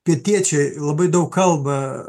pietiečiai labai daug kalba